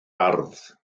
ardd